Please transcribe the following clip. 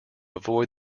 avoid